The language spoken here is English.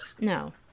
No